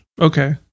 Okay